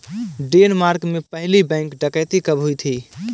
Denmark में पहली bank डकैती कब हुई थी?